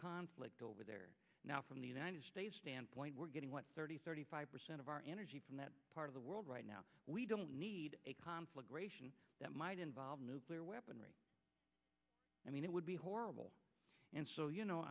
conflict over there now from the united states standpoint we're getting what thirty thirty five percent of our energy from that part of the world right now we don't need a conflagration that might involve nuclear weaponry i mean it would be horrible and so you know